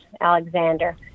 Alexander